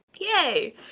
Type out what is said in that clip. Yay